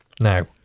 Now